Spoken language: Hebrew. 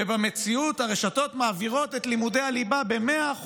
ובמציאות הרשתות מעבירות את לימודי הליבה ב-100%,